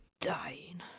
dying